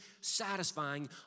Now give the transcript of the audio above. satisfying